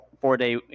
four-day